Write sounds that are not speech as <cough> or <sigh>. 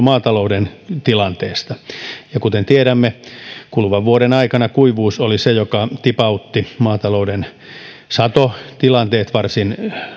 <unintelligible> maatalouden tilanteesta ja kuten tiedämme kuluvan vuoden aikana kuivuus oli se joka tipautti maatalouden satotilanteet varsin